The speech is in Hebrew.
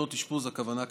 הכוונה,